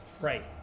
Right